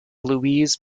louise